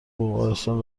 بلغارستان